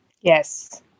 Yes